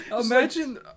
Imagine